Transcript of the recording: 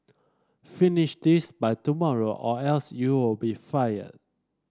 finish this by tomorrow or else you'll be fired